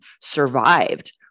survived